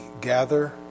gather